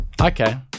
Okay